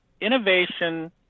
innovation